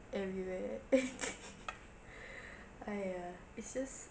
everywhere !aiya! it's just